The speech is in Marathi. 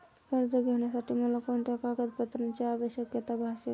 कर्ज घेण्यासाठी मला कोणत्या कागदपत्रांची आवश्यकता भासेल?